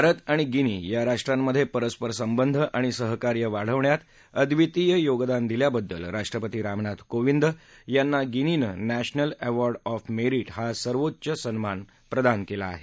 भारत आणि गिनी या राष्ट्रांमधे परस्पर संबंध आणि सहकार्य वाढवण्यात अद्वितीय योगदान दिल्याबद्दल राष्ट्रपती रामनाथ कोविंद यांना गिनीनं नक्रिल अध्याई ऑफ मेरिट हा सर्वोच्च सन्मान प्रदान केला आहे